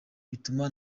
bituma